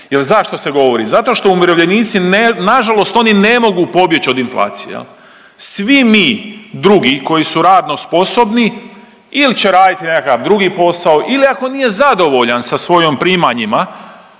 jer zašto se govori, zato što umirovljenici, nažalost oni ne mogu pobjeći od inflacije. Svi mi drugi koji su radno sposobni ili će raditi nekakav drugi posao ili ako nije zadovoljan sa svojom primanjima,